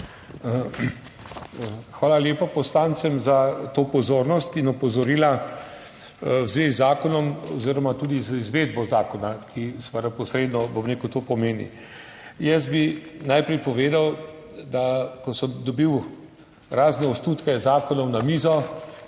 Hvala lepa poslancem za to pozornost in opozorila v zvezi z zakonom oziroma tudi z izvedbo zakona, ki seveda posredno, bom rekel, to pomeni. Jaz bi najprej povedal, da ko sem dobil razne osnutke zakonov na mizo,